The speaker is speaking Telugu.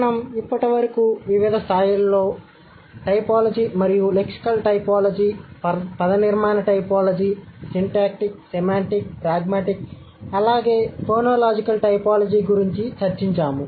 మనం ఇప్పటివరకు వివిధ స్థాయిలలో టైపోలాజీ మరియు లెక్సికల్ టైపోలాజీ పదనిర్మాణ టైపోలాజీ సింటాక్టిక్ సెమాంటిక్ ప్రాగ్మాటిక్ అలాగే ఫోనోలాజికల్ టైపోలాజీ గురించి చర్చించాము